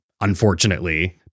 unfortunately